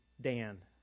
Dan